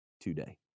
today